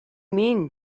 mean